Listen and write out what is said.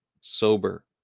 sober